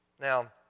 Now